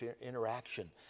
interaction